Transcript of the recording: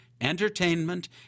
entertainment